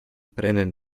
brennen